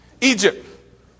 Egypt